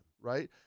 right